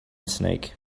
snake